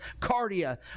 cardia